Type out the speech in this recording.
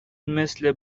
مثل